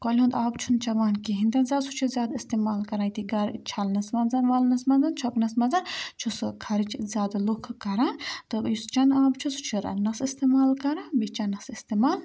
کۄلہِ ہُنٛد آب چھُنہٕ چٮ۪وان کِہیٖنۍ تہِ زیادٕ سُہ چھُ زیادٕ اِستعمال کَران أتی گَرٕ چھَلنَس منٛز وَلنَس منٛز چھۄکنَس منٛز چھُ سُہ خَرچ زیادٕ لُکھ کَران تہٕ یُس چٮ۪نہٕ آب چھُ سُہ چھُ رَنٛنَس اِستعمال کَران بیٚیہِ چٮ۪نَس اِستعمال